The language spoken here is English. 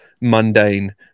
mundane